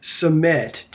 submit